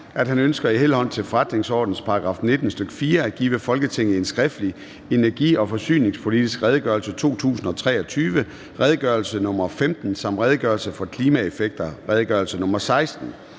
at han ønsker i henhold til forretningsordenens § 19, stk. 4, at give Folketinget en skriftlig Redegørelse om energi- og forsyningspolitik 2023. (Redegørelse nr. R 15) og Redegørelse om klimaeffekter. (Redegørelse nr. R